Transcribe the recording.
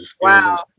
Wow